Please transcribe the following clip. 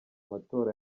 matora